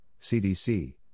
CDC